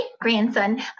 grandson